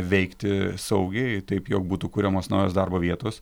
veikti saugiai taip jog būtų kuriamos naujos darbo vietos